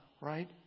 right